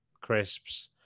crisps